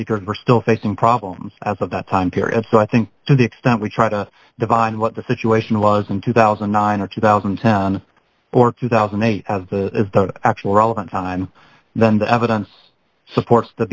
secret we're still facing problems as of that time period so i think to the extent we try to divine what the situation was in two thousand and nine or two thousand and ten or two thousand and eight as the actual relevant time then the evidence supports th